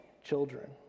children